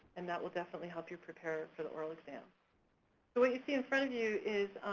and that wil definitely help you prepare for the oral exam. so what you see in front of you is